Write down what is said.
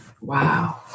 Wow